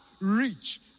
reach